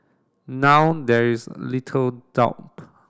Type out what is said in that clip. now there is little doubt